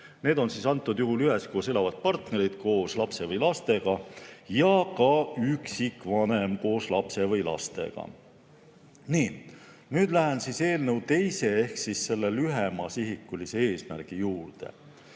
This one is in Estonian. Need on antud juhul üheskoos elavad partnerid koos lapse või lastega ja ka üksikvanem koos lapse või lastega. Nüüd lähen eelnõu teise ehk lühema sihikuga eesmärgi juurde.